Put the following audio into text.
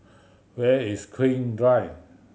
where is King Drive